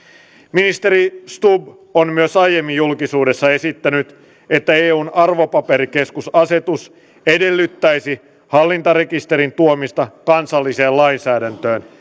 ministeri stubb on myös aiemmin julkisuudessa esittänyt että eun arvopaperikeskusasetus edellyttäisi hallintarekisterin tuomista kansalliseen lainsäädäntöön